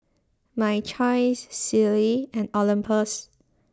My Choice Sealy and Olympus